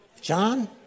John